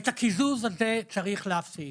את הקיזוז הזה צריך להפסיק.